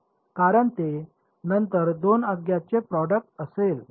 कारण ते नंतर 2 अज्ञातचे प्रोडक्ट असेल